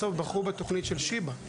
בסוף בחרו בתכנית של שיבא.